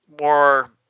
more